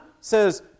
says